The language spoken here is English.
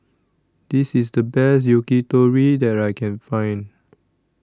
This IS The Best Yakitori that I Can Find